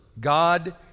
God